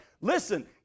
Listen